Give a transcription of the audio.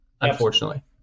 unfortunately